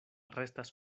restas